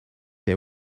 they